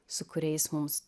su kuriais mums